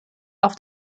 auf